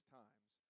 times